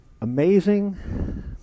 amazing